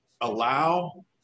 allow